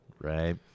Right